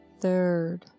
third